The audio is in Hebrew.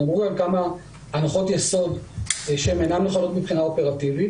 אנחנו אומרים להם כמה הנחות יסוד שהן אינן נכונות מבחינה אופרטיבית.